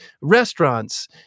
restaurants